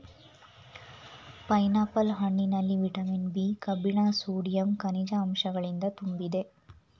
pineapple ಹಣ್ಣಿನಲ್ಲಿ vitamin B, ಕಬ್ಬಿಣ sodium, ಕನಿಜ ಅಂಶಗಳಿಂದ ತುಂಬಿದೆ